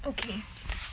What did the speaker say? okay